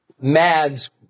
Mads